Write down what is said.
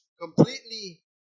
completely